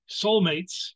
soulmates